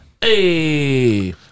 Hey